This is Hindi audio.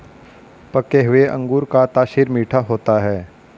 पके हुए अंगूर का तासीर मीठा होता है